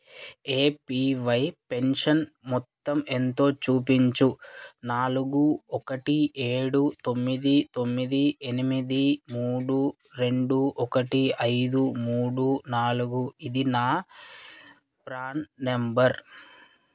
APY pension మొత్తం ఎంతో చూపించు నాలుగు ఒకటి ఏడు తొమ్మిది తొమ్మిది ఎనిమిది మూడు రెండు ఒకటి ఐదు మూడు నాలుగు ఇది నా ప్రాన్ నంబర్